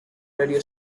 radio